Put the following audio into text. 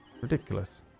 Ridiculous